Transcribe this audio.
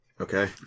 Okay